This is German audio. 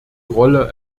rolle